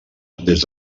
des